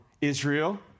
Israel